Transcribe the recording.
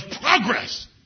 progress